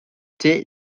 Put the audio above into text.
thé